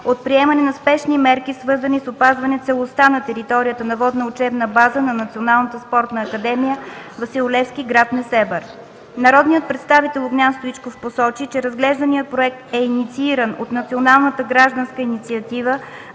от приемане на спешни мерки, свързани с опазване целостта на територията на Водна учебна база на Национална спортна академия „Васил Левски” – град Несебър. Народният представител Огнян Стоичков посочи, че разглежданият проект е иницииран от Националната гражданска инициатива